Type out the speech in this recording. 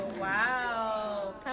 wow